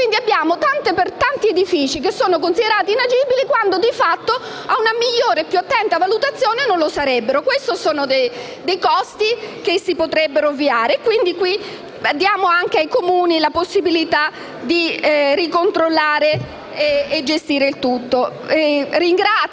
del danno: tanti edifici vengono considerati inagibili quando di fatto, ad una migliore e più attenta valutazione, non lo sarebbero. Si tratta di costi che si potrebbero avviare: diamo pertanto ai Comuni la possibilità di ricontrollare e gestire il tutto. Ringrazio